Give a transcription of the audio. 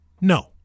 no